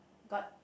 got